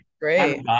great